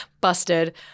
Busted